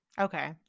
Okay